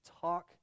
talk